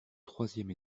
troisième